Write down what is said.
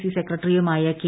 C സെക്രട്ടറിയുമായ K